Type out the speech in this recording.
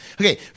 Okay